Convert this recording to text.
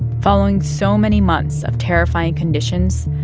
following so many months of terrifying conditions,